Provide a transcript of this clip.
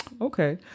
Okay